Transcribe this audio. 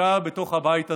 בתוך הבית הזה.